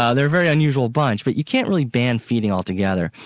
ah they're a very unusual bunch, but you can't really ban feeding altogether.